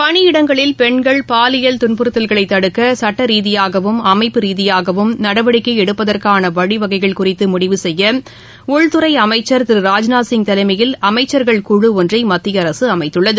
பணியிடங்களில் பெண்கள் பாலியல் துன்புறுத்தல்களைதடுக்கசட்டரீதியாகவும் அமைப்பு ரீதியாகவும் நடவடிக்கைஎடுப்பதற்கானவழிவகைகள் குறித்துமுடிவு செய்யஉள்துறைஅமைச்சர் திரு ராஜ்நாத்சிங் தலைமையில் அமைச்சகர்கள் குழு ஒன்றைமத்தியஅரசுஅமைத்துள்ளது